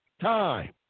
time